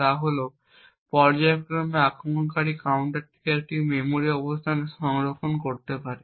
তা হল পর্যায়ক্রমে আক্রমণকারী কাউন্টারটিকে একটি মেমরি অবস্থানে সংরক্ষণ করতে পারে